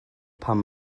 pan